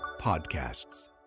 Podcasts